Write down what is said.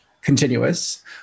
continuous